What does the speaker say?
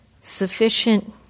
Sufficient